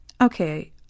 Okay